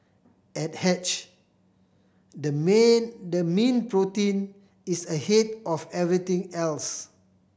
at Hatched the main the mean protein is ahead of everything else